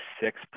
six